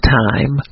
time